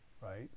right